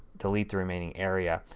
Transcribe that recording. delete the remaining area.